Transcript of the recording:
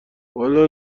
والا